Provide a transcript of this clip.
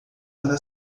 para